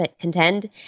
contend